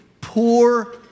poor